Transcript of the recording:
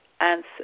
answer